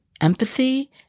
empathy